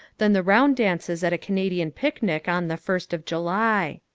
than the round dances at a canadian picnic on the first of july.